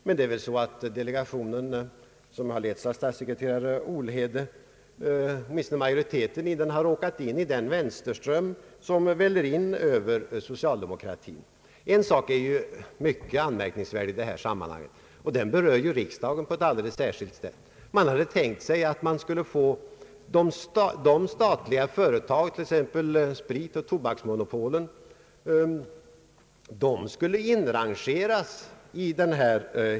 Åtminstone majoriteten i den delegation som letts av statssekreterare Olhede har tydligen råkat in i den vänsterström som väller in över socialdemokratin. En sak är mycket anmärkningsvärd i detta sammanhang, och den berör riksdagen på ett alldeles särskilt sätt. Man hade tänkt sig att få statliga företag, t.ex. spritoch tobaksmonopolen, inrangerade i detta.